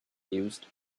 mused